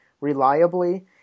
Reliably